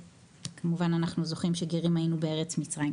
וכמובן אנחנו זוכרים שגרים היינו בארץ מצרים.